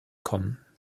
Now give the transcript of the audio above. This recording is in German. kommen